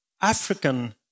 African